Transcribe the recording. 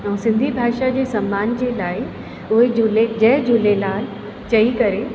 ऐं सिंधी भाषा जी सम्मान जे लाइ उहे झूले जय झूलेलाल चई करे